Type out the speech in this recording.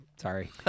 sorry